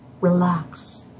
relax